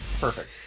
Perfect